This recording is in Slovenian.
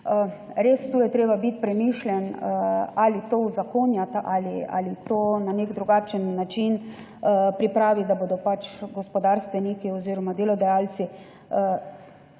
Res, tu je treba biti premišljen, ali to uzakoniti ali to na nek drugačen način pripraviti, da bodo gospodarstveniki oziroma delodajalci